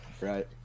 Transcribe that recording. right